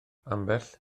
ambell